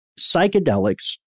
psychedelics